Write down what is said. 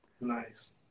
Nice